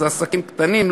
זה עסקים קטנים,